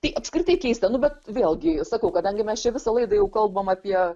tai apskritai keista nu bet vėlgi sakau kadangi mes čia visą laidą jau kalbam apie